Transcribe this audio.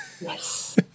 Yes